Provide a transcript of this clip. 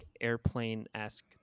airplane-esque